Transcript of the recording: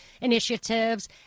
initiatives